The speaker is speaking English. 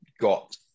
got